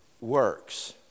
works